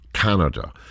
canada